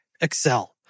Excel